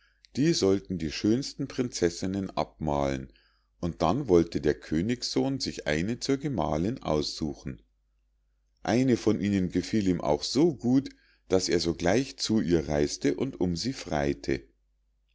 die sollten die schönsten prinzessinnen abmalen und dann wollte der königssohn sich eine zur gemahlinn aussuchen eine von ihnen gefiel ihm auch so gut daß er sogleich zu ihr reis'te und um sie frei'te